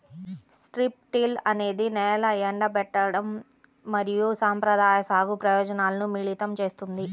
strip till అనేది నేల ఎండబెట్టడం మరియు సంప్రదాయ సాగు ప్రయోజనాలను మిళితం చేస్తుంది